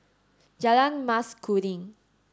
Jalan Mas Kuning